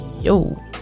yo